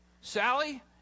Sally